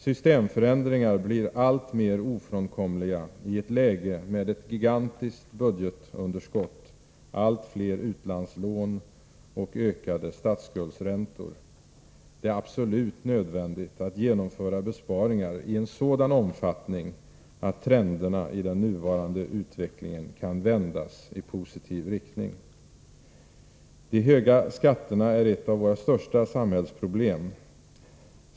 Systemförändringar blir alltmer ofrånkomliga i ett läge med ett gigantiskt budgetunderskott, allt fler utlandslån och ökade statsskuldsräntor. Det är absolut nödvändigt att genomföra besparingar i en sådan omfattning att trenderna i den nuvarande utvecklingen kan vändas i positiv riktning. De höga skatterna är ett av våra största samhällsproblem.